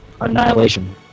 Annihilation